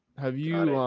have you,